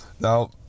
Now